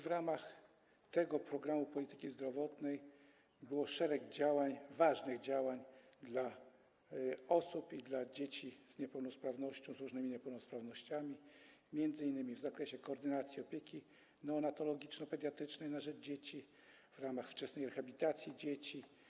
W ramach tego programu polityki zdrowotnej podjęto szereg działań, ważnych działań dla osób i dzieci z niepełnosprawnością, z różnymi niepełnosprawnościami, m.in. w zakresie koordynacji opieki neonatologiczno-pediatrycznej na rzecz dzieci w ramach wczesnej rehabilitacji dzieci.